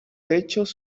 hechos